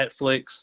Netflix